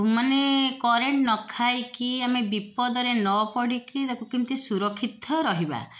ମାନେ କରେଣ୍ଟ୍ ନ ଖାଇକି ଆମେ ବିପଦରେ ନ ପଡ଼ିକି ତାକୁ କେମିତି ସୁରକ୍ଷିତ ରହିବା